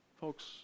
Folks